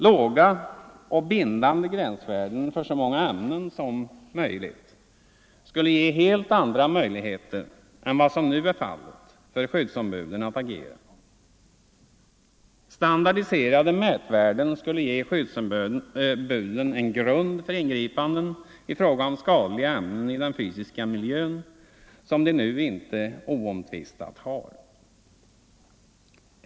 Låga och bindande gränsvärden för så många ämnen som möjligt skulle ge skyddsombuden helt andra möjligheter att agera än vad som nu är fallet. Standardiserade mätvärden skulle ge skyddsombuden en grund för ingripanden i fråga om skadliga ämnen i den fysiska miljön som de nu inte oomtvistat har.